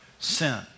Sin